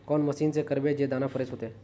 कौन मशीन से करबे जे दाना फ्रेस होते?